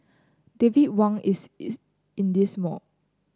David Wang is in this mall